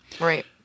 Right